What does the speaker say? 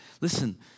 listen